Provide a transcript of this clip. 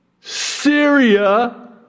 Syria